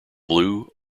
blue